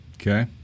Okay